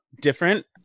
Different